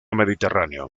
mediterráneo